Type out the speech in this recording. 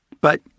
But-